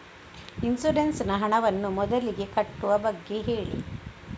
insurance ನ ಹಣವನ್ನು ಮೊದಲಿಗೆ ಕಟ್ಟುವ ಬಗ್ಗೆ ಹೇಳಿ